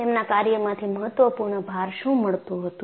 તેમના કાર્યમાંથી મહત્વપૂર્ણ ભાર શું મળતો હતો